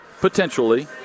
potentially